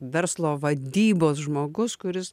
verslo vadybos žmogus kuris